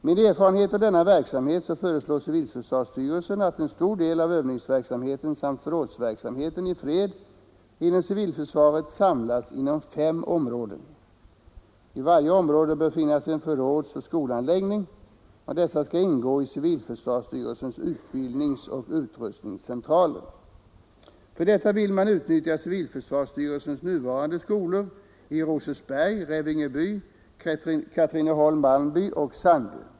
Med erfarenhet av denna verksamhet föreslår civilförsvarsstyrelsen att en stor del av övningsverksamheten samt förrådsverksamheten i fred inom civilförsvaret samlas inom fem områden. I varje område bör finnas en förrådsoch skolanläggning, och dessa skall ingå i civilförsvarsstyrelsens utbildningsoch utrustningscentraler. För detta vill man utnyttja civilförsvarsstyrelsens nuvarande skolor i Rosersberg, Revingeby, Katrineholm-Malmby och Sandö.